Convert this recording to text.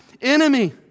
enemy